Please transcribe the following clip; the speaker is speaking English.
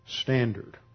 standard